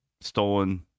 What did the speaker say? stolen